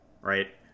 right